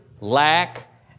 lack